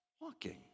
walking